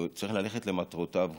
והוא צריך ללכת למטרותיו שלו.